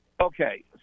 Okay